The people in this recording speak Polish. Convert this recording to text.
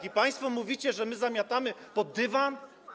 I państwo mówicie, że my zamiatamy pod dywan?